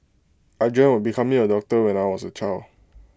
I dreamt of becoming A doctor when I was A child